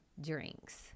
drinks